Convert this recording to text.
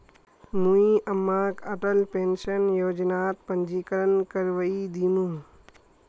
मुई अम्माक अटल पेंशन योजनात पंजीकरण करवइ दिमु